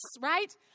right